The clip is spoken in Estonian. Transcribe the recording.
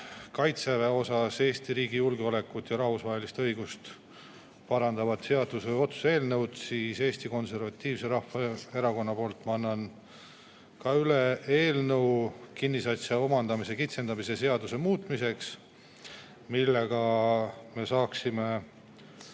Kaitseväe kohta Eesti riigi julgeolekut ja rahvusvahelist õigust parandavad otsuse eelnõud, siis Eesti Konservatiivse Rahvaerakonna nimel ma annan üle eelnõu kinnisasja omandamise kitsendamise seaduse muutmiseks, et me saaksime